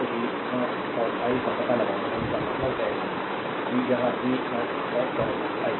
तो v0 और i का पता लगाना है इसका मतलब है यह v0 और करंट i